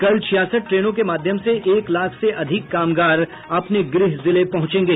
कल छियासठ ट्रेनों के माध्यम से एक लाख से अधिक कामगार अपने गृह जिले पहुंचेंगे